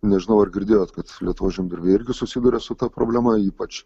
nežinau ar girdėjot kad lietuvos žemdirbiai irgi susiduria su ta problema ypač